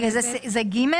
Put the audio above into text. זה פסקה (ג)?